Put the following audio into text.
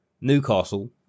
Newcastle